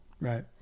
Right